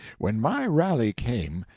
when my rally came,